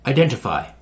Identify